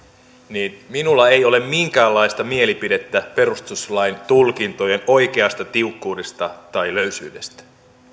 niin minulla ei ole minkäänlaista mielipidettä perustuslain tulkintojen oikeasta tiukkuudesta tai löysyydestä